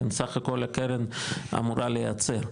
סך הכול הקרן אמורה לייצר.